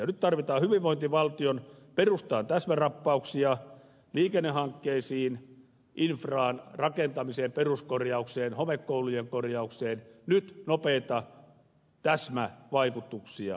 nyt tarvitaan hyvinvointivaltion perustaan täsmärappauksia liikennehankkeisiin infraan rakentamiseen peruskorjaukseen homekoulujen korjaukseen nopeita täsmävaikutuksia